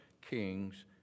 Kings